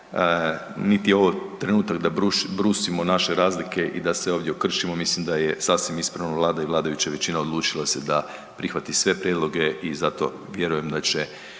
niti je ovo trenutak da brusimo naše razlike da se ovdje okršimo, mislim da je sasvim ispravno Vlada i vladajuća većina odlučila da se da, prihvati sve prijedloge i zato vjerujem da će,